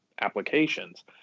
applications